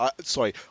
Sorry